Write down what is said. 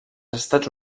estats